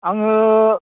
आङो